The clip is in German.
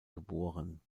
geboren